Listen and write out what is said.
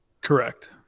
Correct